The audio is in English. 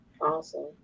Awesome